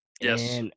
yes